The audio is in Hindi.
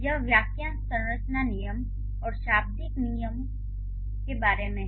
यह वाक्यांश संरचना नियमों और शाब्दिक नियमों के बारे में है